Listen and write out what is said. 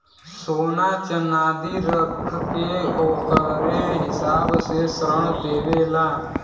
सोना च्नादी रख के ओकरे हिसाब से ऋण देवेला